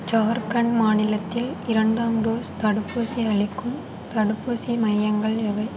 ஜார்க்கண்ட் மாநிலத்தில் இரண்டாம் டோஸ் தடுப்பூசி அளிக்கும் தடுப்பூசி மையங்கள் எவை